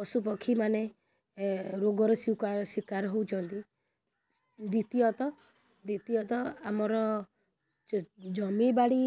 ପଶୁପକ୍ଷୀମାନେ ଏ ରୋଗର ସ୍ୱିକାର ଶିକାର ହଉଛନ୍ତି ଦ୍ୱିତୀୟତଃ ଦ୍ୱିତୀୟତଃ ଆମର ଜମି ବାଡ଼ି